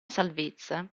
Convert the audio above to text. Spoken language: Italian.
salvezza